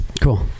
Cool